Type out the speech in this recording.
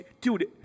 Dude